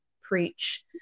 preach